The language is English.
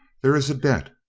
there is a debt.